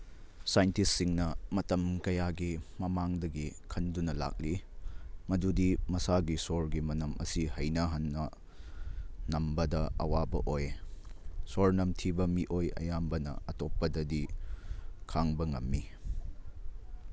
ꯁꯥꯏꯟꯇꯤꯁꯁꯤꯡꯅ ꯃꯇꯝ ꯀꯌꯥꯒꯤ ꯃꯃꯥꯡꯗꯒꯤ ꯈꯟꯗꯨꯅ ꯂꯥꯛꯂꯤ ꯃꯗꯨꯗꯤ ꯃꯁꯥꯒꯤ ꯁꯣꯔꯒꯤ ꯃꯅꯝ ꯑꯁꯤ ꯍꯩꯅꯍꯟꯅ ꯅꯝꯕꯗ ꯑꯋꯥꯕ ꯑꯣꯏ ꯁꯣꯔ ꯅꯝꯊꯤꯕ ꯃꯤꯑꯣꯏ ꯑꯌꯥꯝꯕꯅ ꯑꯇꯣꯞꯄꯗꯗꯤ ꯈꯥꯡꯕ ꯉꯝꯃꯤ